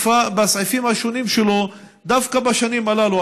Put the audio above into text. בסעיפים השונים שלו דווקא בשנים הללו,